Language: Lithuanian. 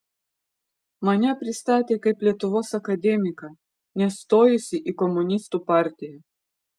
mane pristatė kaip lietuvos akademiką nestojusį į komunistų partiją